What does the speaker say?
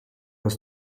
aus